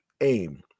aim